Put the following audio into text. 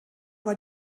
war